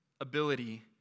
ability